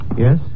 Yes